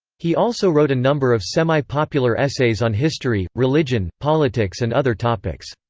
he also wrote a number of semi-popular essays on history, religion, politics and other topics.